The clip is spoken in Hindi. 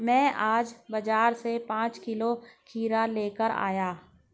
मैं आज बाजार से पांच किलो खीरा लेकर आया